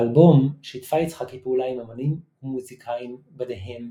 באלבום שיתפה יצחקי פעולה עם אמנים ומוזיקאים ביניהם